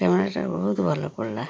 କ୍ୟାମେରାଟା ବହୁତ ଭଲ ପଡ଼ିଲା